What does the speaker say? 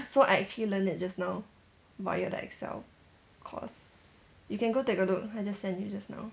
so I actually learnt that just now via the excel course you can go take a look I just send you just now